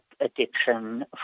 addiction